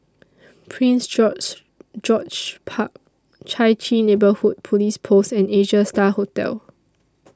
Prince George George's Park Chai Chee Neighbourhood Police Post and Asia STAR Hotel